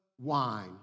wine